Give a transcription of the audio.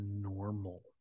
normal